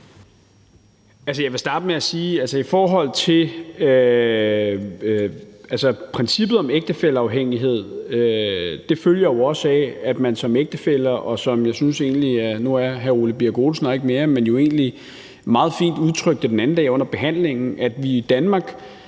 Jeg vil starte med at sige, at i forhold til princippet om ægtefælleafhængighed, så følger det jo også af, at vi, som hr. Ole Birk Olesen – nu er han ikke i salen mere – egentlig meget fint udtrykte den anden dag under behandlingen, i Danmark